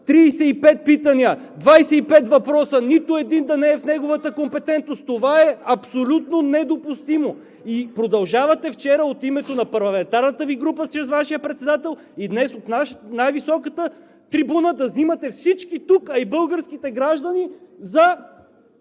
пет питания, 25 въпроса – нито един да не е в неговата компетентност?! Това е абсолютно недопустимо! И продължавате вчера от името на парламентарната Ви група чрез Вашия председател, и днес от най-високата трибуна да взимате всички тук и българските граждани за…